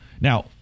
Now